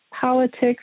politics